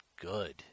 good